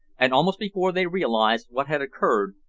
and almost before they realised what had occurred,